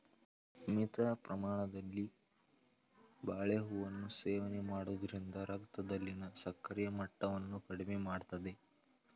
ಮಿತ ಪ್ರಮಾಣದಲ್ಲಿ ಬಾಳೆಹೂವನ್ನು ಸೇವನೆ ಮಾಡೋದ್ರಿಂದ ರಕ್ತದಲ್ಲಿನ ಸಕ್ಕರೆ ಮಟ್ಟವನ್ನ ಕಡಿಮೆ ಮಾಡ್ತದೆ